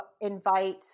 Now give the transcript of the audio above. invite